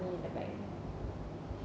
in the bank